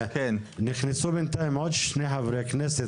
נכנסו בינתיים עוד שני חברי כנסת,